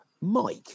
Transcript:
mike